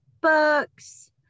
books